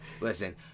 listen